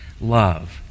love